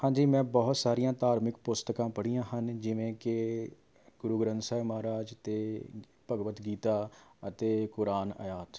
ਹਾਂਜੀ ਮੈਂ ਬਹੁਤ ਸਾਰੀਆਂ ਧਾਰਮਿਕ ਪੁਸਤਕਾਂ ਪੜ੍ਹੀਆਂ ਹਨ ਜਿਵੇਂ ਕਿ ਗੁਰੂ ਗ੍ਰੰਥ ਸਾਹਿਬ ਮਹਾਰਾਜ ਅਤੇ ਭਗਵਤ ਗੀਤਾ ਅਤੇ ਕੁਰਾਨ ਆਦਿ